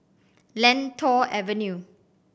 Lentor Avenue